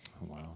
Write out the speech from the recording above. Wow